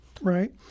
Right